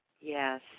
Yes